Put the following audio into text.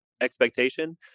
expectation